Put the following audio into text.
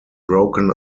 broken